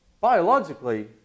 biologically